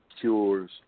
cures